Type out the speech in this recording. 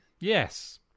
Yes